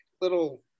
little